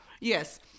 Yes